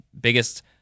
biggest